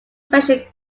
special